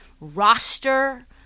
roster